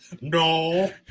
No